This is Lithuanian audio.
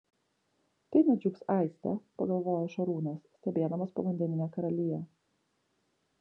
tai nudžiugs aistė pagalvojo šarūnas stebėdamas povandeninę karaliją